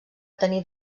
tenir